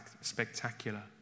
spectacular